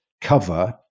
cover